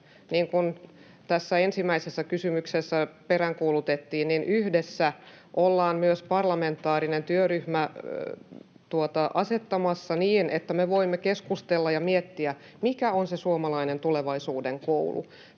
tässä ensimmäisessä kysymyksessä peräänkuulutettiin, ollaan myös parlamentaarinen työryhmä asettamassa niin, että me voimme keskustella ja miettiä, mikä on se suomalainen tulevaisuuden koulu.